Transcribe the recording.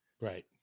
Right